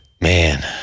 Man